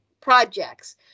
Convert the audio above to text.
projects